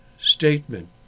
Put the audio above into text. statement